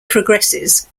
progresses